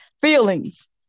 feelings